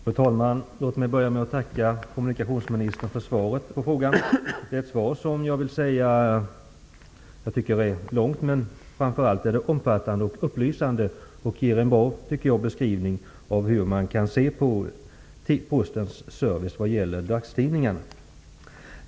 Fru talman! Jag tackar kommunikationsministern för svaret på frågan, ett svar som är långt men framför allt omfattande och upplysande. Det ger en bra beskrivning av hur man kan se på Postens service vad gäller dagstidningarna.